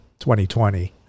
2020